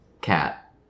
Cat